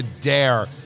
Dare